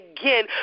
again